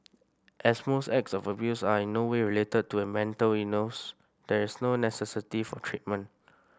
as most acts of abuse are in no way related to a mental illness there is no necessity for treatment